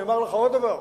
אני אומר לך עוד דבר: